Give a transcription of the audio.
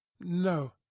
No